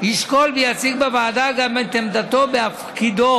ישקול ויציג בוועדה גם את עמדתו בתפקידו